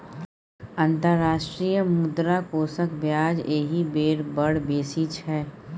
अंतर्राष्ट्रीय मुद्रा कोषक ब्याज एहि बेर बड़ बेसी छै